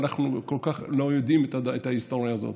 אנחנו כל כך לא יודעים את ההיסטוריה הזאת.